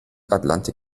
atlantik